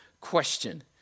question